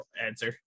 answer